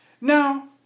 Now